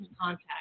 contact